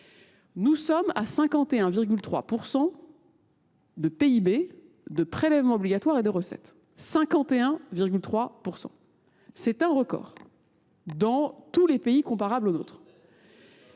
Nous sommes à 51,3% de PIB, de prélèvements obligatoires et de recettes. 51,3%. C'est un record dans tous les pays comparables aux nôtres.